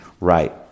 right